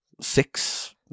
six